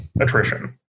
attrition